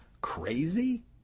crazy